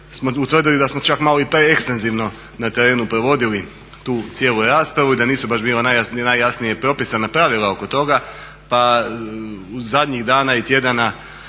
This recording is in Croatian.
smo utvrdili da smo čak malo i preekstenzivno na terenu provodili tu cijelu raspravu i da nisu baš bila najjasniji propisna pravila oko toga, pa zadnjih dana i tjedana